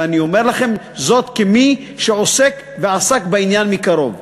ואני אומר לכם זאת כמי שעוסק ועסק בעניין מקרוב.